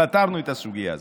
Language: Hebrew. פתרנו את הסוגיה הזאת.